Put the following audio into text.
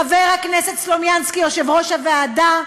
חבר הכנסת סלומינסקי, יושב-ראש הוועדה,